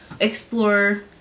explore